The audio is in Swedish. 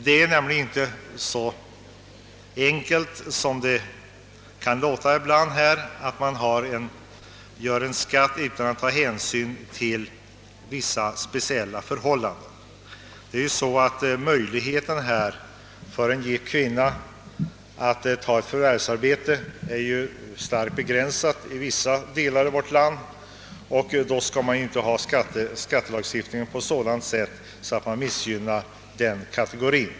Det är nämligen inte så enkelt som det kan låta ibland — man kan nämligen inte fastställa en skatt utan att ta hänsyn till vissa speciella förhållanden. Möjligheterna för en gift kvinna att ta förvärvsarbete är starkt begränsade i vissa delar av vårt land, och då skall man inte ha en skattelagstiftning som missgynnar den kategorin.